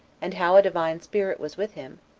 and how a divine spirit was with him,